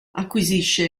acquisisce